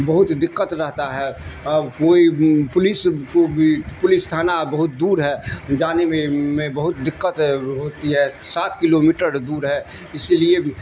بہت دقت رہتا ہے ا کوئی پولیس کو بھی پولیس تھانا بہت دور ہے جانے میں میں بہت دقت ہوتی ہے سات کلو میٹر دور ہے اسی لیے